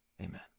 Amen